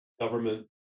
government